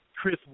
Chris